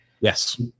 yes